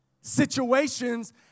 situations